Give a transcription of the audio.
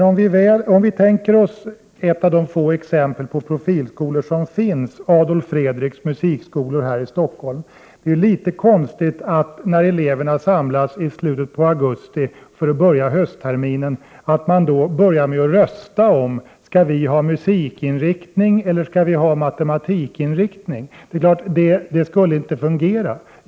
Om vi tänker på ett av de få exempel på profilskolor som faktiskt finns, Adolf Fredriks musikklasser här i Stockholm, vore det litet konstigt att tänka sig att eleverna då de samlas i slutet på augusti skall börja med att rösta om huruvida de skall ha musikinriktning eller matematikinriktning. Det skulle inte fungera.